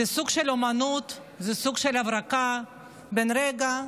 זה סוג של אומנות, זה סוג של הברקה בן רגע.